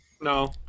no